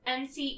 NCE